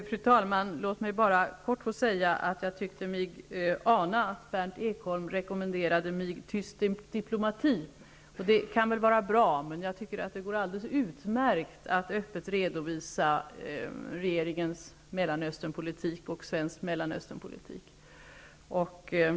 Fru talman! Låt mig bara kort få säga att jag tyckte mig ana att Berndt Ekholm rekommenderade mig tyst diplomati. Det kan vara bra. Men jag tycker att det går alldeles utmärkt att öppet redovisa regeringens Mellanösternpolitik och svensk Mellanösternpolitik.